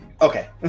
Okay